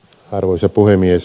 arvoisa puhemies